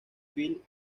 phil